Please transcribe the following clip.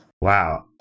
Wow